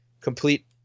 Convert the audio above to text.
complete